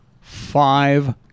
five